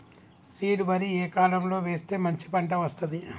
Seed వరి ఏ కాలం లో వేస్తే మంచి పంట వస్తది?